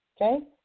Okay